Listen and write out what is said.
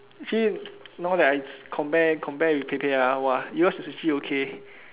actually now that I compare compare with Pei-Pei ah !wah! yours is actually okay